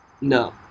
No